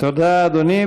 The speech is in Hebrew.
תודה, אדוני.